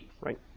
Right